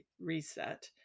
reset